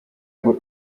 ngo